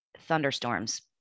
thunderstorms